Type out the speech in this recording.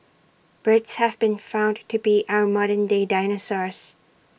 birds have been found to be our modern day dinosaurs